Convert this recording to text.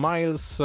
Miles